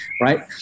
right